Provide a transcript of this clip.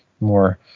more